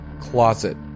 closet